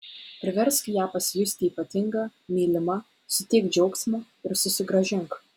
priversk ją pasijusti ypatinga mylima suteik džiaugsmo ir susigrąžink